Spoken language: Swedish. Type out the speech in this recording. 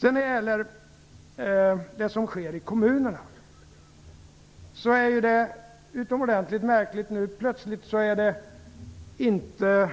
Nu är det plötsligt inte